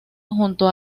junto